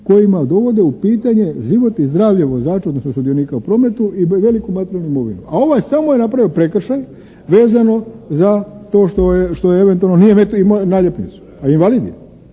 kojima dovode u pitanje život i zdravlje vozača, odnosno sudionika u prometu i veliku materijalnu imovinu. A ovo je samo je napravio prekršaj vezano za to što eventualno nije imao naljepnicu, a invalid je,